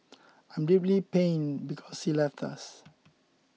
I'm deeply pained because he left us